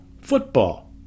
football